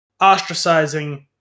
ostracizing